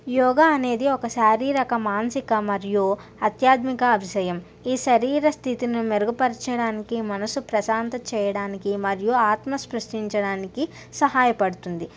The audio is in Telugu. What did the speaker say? యోగ అనేది ఒక శారీరక మానసిక మరియు అత్యాత్మిక అభిశయం ఈ శరీర స్థితిని మెరుగుపరచడానికి మనసు ప్రశాంతత చేయడానికి మరియు ఆత్మ స్పృష్టించటానికి సహాయపడుతుంది